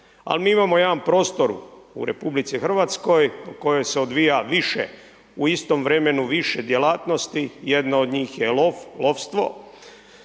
ali mi imamo jedan prostor u RH u kojoj se odvija više u istom vremenu više djelatnosti. Jedna od njih je lov, lovstvo,